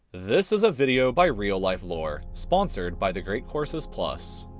this is a video by real life lore, sponsored by the great courses plus.